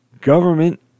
Government